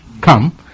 come